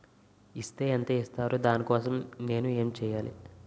Is తే ఎంత ఇస్తారు దాని కోసం నేను ఎంచ్యేయాలి?